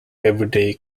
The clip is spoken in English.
everyday